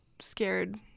scared